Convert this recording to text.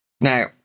Now